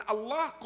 Allah